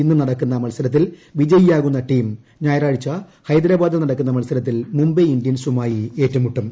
ഇന്ന് നടക്കുന്ന മത്സരത്തിൽ വിജയിയാകുന്ന ടീം ഞായറാഴ്ച ഹൈദ്രാബാദിൽ നടക്കുന്ന മത്സരത്തിൽ മുംബൈ ഇന്ത്യൻസുമായി ഏറ്റുമുട്ടും